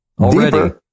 Already